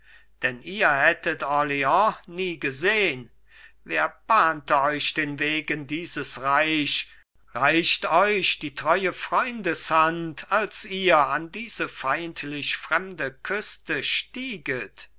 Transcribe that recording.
denn ihr hättet orleans nie gesehn wer bahnte euch den weg in dieses reich reicht euch die treue freundeshand als ihr an diese feindlich fremde küste stieget